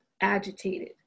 agitated